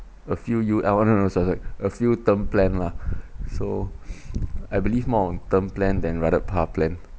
a few you oh no no sorry sorry a few term plan lah so I believe more on term plan than rather par plan